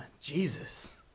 Jesus